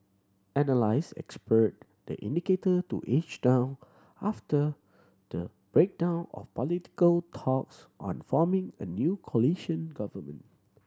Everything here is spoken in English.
analyst expect the indicator to edge down after the breakdown of political talks on forming a new coalition government